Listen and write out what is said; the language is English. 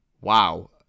Wow